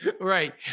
Right